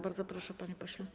Bardzo proszę, panie pośle.